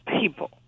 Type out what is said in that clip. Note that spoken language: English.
people